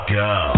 go